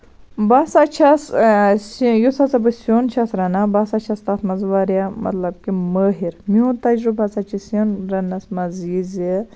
بہٕ ہسا چھَس یُس ہسا بہٕ سیُن چھَس رَنان بہٕ ہسا چھَس تَتھ منٛز واریاہ مطلب کہِ مٲہِر میون تَجرُبہٕ ہسا چھُ سیُن رَننَس منٛز یہِ زِ